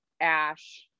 ash